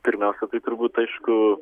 pirmiausia tai turbūt aišku